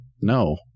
no